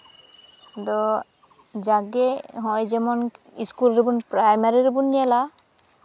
ᱟᱫᱚ ᱡᱟᱜᱽᱜᱮ ᱦᱚᱸᱜᱼᱚᱭ ᱡᱮᱢᱚᱱ ᱤᱥᱠᱩᱞ ᱨᱮᱵᱚᱱ ᱯᱨᱟᱭᱢᱟᱨᱤ ᱨᱮᱵᱚᱱ ᱧᱮᱞᱟ